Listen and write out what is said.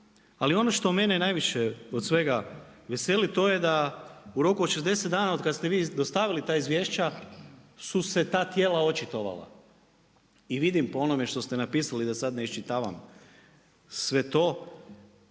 Ali ono što mene najviše od svega veseli, to je da u roku od 60 dana od kad ste vi dostavili ta izvješća, su se ta tijela očitovala. I vidim po onome što ste napisali, da sa d ne iščitavam sve to,